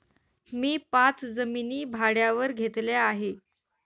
मी पाच जमिनी भाड्यावर घेतल्या आहे